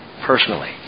personally